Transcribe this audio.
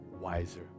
wiser